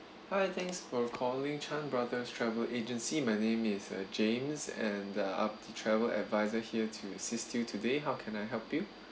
hi thanks for calling Chan brothers travel agency my name is uh james and I'm the travel advisory here to assist you today how can I help you